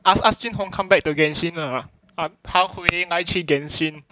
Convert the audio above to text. ask ask jun hong come back to genshin lah 他回来去 genshin